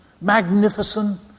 magnificent